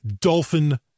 dolphin